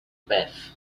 beth